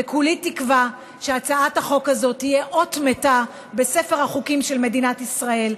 וכולי תקווה שהצעת החוק הזאת תהיה אות מתה בספר החוקים של מדינת ישראל,